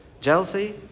Jealousy